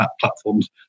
platforms